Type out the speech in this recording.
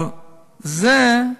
אבל זה מותר.